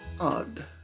odd